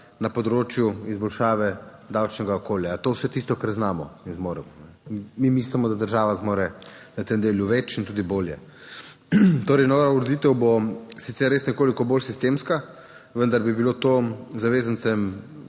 na področju izboljšave davčnega okolja? Ali je to vse tisto, kar znamo in zmoremo? Mi mislimo, da država zmore na tem delu več in tudi bolje. Torej, nova ureditev bo sicer res nekoliko bolj sistemska, vendar bi bilo to za zavezance